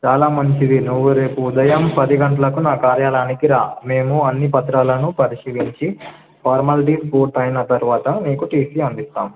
చాలా మంచిది నువ్వు రేపు ఉదయం పది గంటలకు నా కార్యాలనికి రా మేము అన్ని పత్రాలను పరిశీలించి ఫార్మాలిటీస్ పూర్తయిన తర్వాత మీకు టీసీ అందిస్తాము